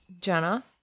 Jenna